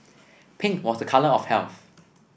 pink was a colour of health